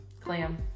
Clam